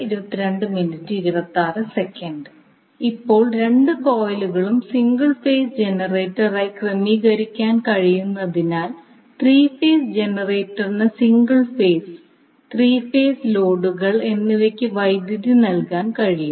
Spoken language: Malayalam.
ഇപ്പോൾ രണ്ട് കോയിലുകളും സിംഗിൾ ഫേസ് ജനറേറ്ററായി ക്രമീകരിക്കാൻ കഴിയുന്നതിനാൽ 3 ഫേസ് ജനറേറ്ററിന് സിംഗിൾ ഫേസ് 3 ഫേസ് ലോഡുകൾ എന്നിവയ്ക്ക് വൈദ്യുതി നൽകാൻ കഴിയും